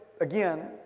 again